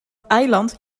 eiland